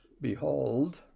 Behold